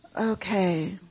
Okay